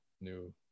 new